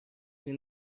این